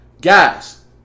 Guys